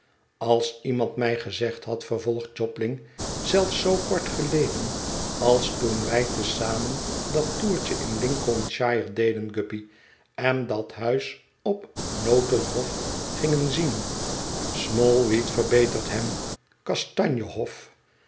als iemand mij gezegd had vervolgt jobling zelfs zoo kort geleden als toen wij te zamen dat toertje in lincoln shire deden guppy en dat huis op noten hof gingen zien smallweed verbetert hem